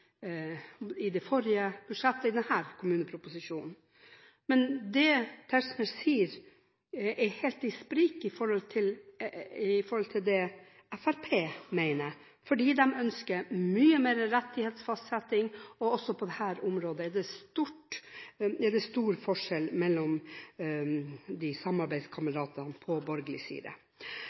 i det forrige budsjettet og i denne kommuneproposisjonen. Det Tetzschner sier, spriker helt fra det Fremskrittspartiet mener. De ønsker mye mer rettighetsfastsetting. Også på dette området er det stor forskjell mellom samarbeidskameratene på borgerlig side.